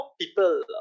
people